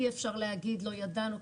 אי-אפשר להגיד "לא ידענו",